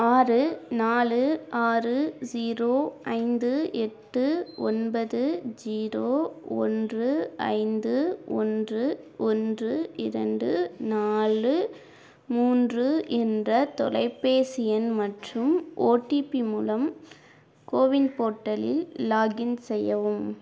ஆறு நாலு ஆறு ஸிரோ ஐந்து எட்டு ஒன்பது ஜீரோ ஓன்று ஐந்து ஓன்று ஓன்று இரண்டு நாலு மூன்று என்ற தொலைபேசி எண் மற்றும் ஓடிபி மூலம் கோவின் போர்ட்டலில் லாகின் செய்யவும்